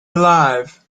alive